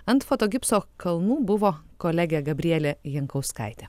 ant foto gipso kalnų buvo kolegė gabrielė jankauskaitė